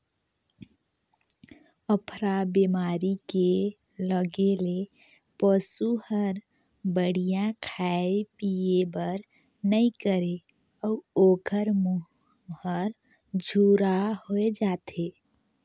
अफरा बेमारी के लगे ले पसू हर बड़िहा खाए पिए बर नइ करे अउ ओखर मूंह हर झूरा होय जाथे